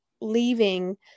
leaving